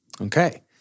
Okay